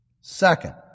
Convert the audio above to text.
Second